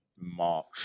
March